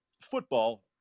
football